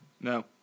No